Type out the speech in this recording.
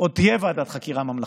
עוד תהיה ועדת חקירה ממלכתית,